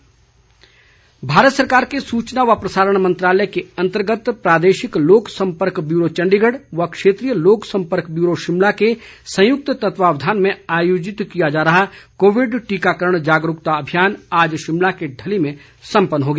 जागरूकता अभियान भारत सरकार के सूचना व प्रसारण मंत्रालय के अंतर्गत प्रादेशिक लोक संपर्क ब्यूरो चंडीगढ़ व क्षेत्रीय लोक संपर्क ब्यूरो शिमला के संयुक्त तत्वावधान में आयोजित किया जा रहा कोविड टीकाकरण जागरूकता अभियान आज शिमला के ढली में संपन्न हो गया